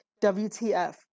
WTF